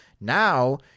now